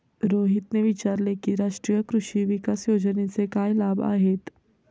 रोहितने विचारले की राष्ट्रीय कृषी विकास योजनेचे काय लाभ आहेत?